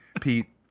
Pete